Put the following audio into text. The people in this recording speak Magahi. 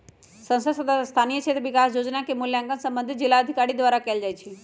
संसद सदस्य स्थानीय क्षेत्र विकास जोजना के मूल्यांकन संबंधित जिलाधिकारी द्वारा कएल जाइ छइ